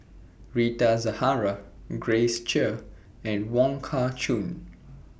Rita Zahara Grace Chia and Wong Kah Chun